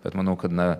bet manau kad na